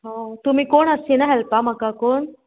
हय तुमी कोण आसची ना हेल्पा म्हाका कोण